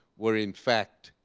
were in fact